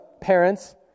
parents